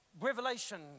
revelation